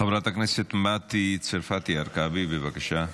חברת הכנסת מטי צרפתי הרכבי, בבקשה,